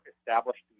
established